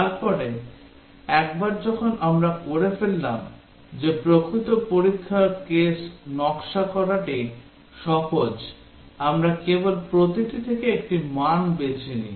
তারপরে একবার যখন আমরা করে ফেললাম যে প্রকৃত পরীক্ষার কেস নকশা করাটি সহজ আমরা কেবল প্রতিটি থেকে একটি মান বেছে নিই